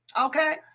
Okay